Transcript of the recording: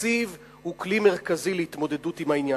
תקציב הוא כלי מרכזי להתמודדות עם העניין.